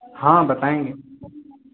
हाँ बताएंगे